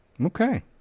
Okay